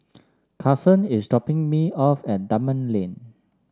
Carson is dropping me off at Dunman Lane